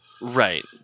Right